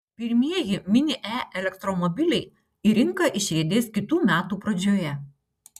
pirmieji mini e elektromobiliai į rinką išriedės kitų metų pradžioje